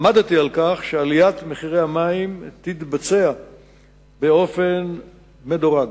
עמדתי על כך שעליית מחירי המים תתבצע באופן מדורג.